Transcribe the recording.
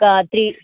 ఒక త్రీ